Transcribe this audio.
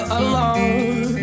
alone